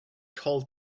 called